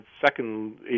Second